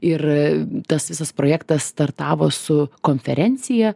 ir a tas visas projektas startavo su konferencija